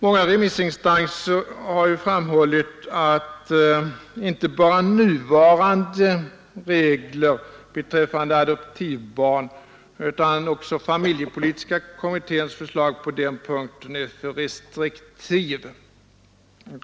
Många remissinstanser har framhållit att inte bara nuvarande regler beträffande adoptivbarn utan också familjepolitiska kommitténs förslag på den punkten är för restriktiva.